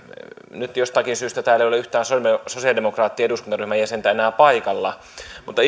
nyt jostakin syystä täällä ei ole yhtään sosialidemokraattisen eduskuntaryhmän jäsentä enää paikalla mutta